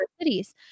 cities